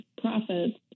profits